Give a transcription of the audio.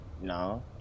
No